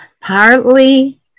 partly